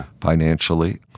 financially